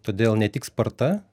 todėl ne tik sparta